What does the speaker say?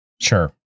Sure